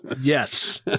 Yes